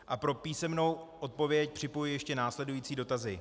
A pro písemnou odpověď připojuji ještě následující dotazy.